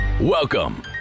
Welcome